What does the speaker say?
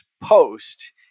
post